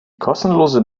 kostenlose